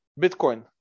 Bitcoin